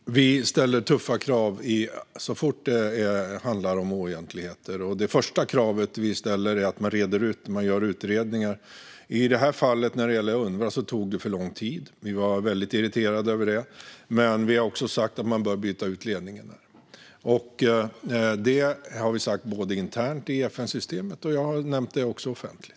Fru talman! Vi ställer tuffa krav så fort det handlar om oegentligheter. Det första kravet som vi ställer är att man gör utredningar. I detta fall när det gäller Unrwa tog det för lång tid. Vi var mycket irriterade över det. Men vi har också sagt att man bör byta ut ledningen. Det har vi sagt internt i FN-systemet, och jag har också nämnt det offentligt.